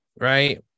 right